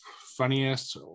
funniest